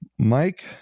Mike